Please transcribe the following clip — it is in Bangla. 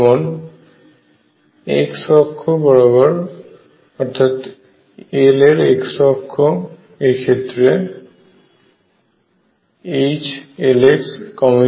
যেমন x অক্ষ অর্থাৎ L এর x অক্ষ এর ক্ষেত্রে H Lx